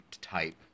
type